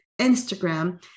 Instagram